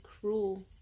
cruel